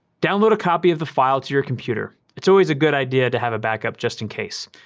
download a copy of the file to your computer. it's always a good idea to have a backup just in case.